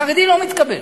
החרדי לא מתקבל,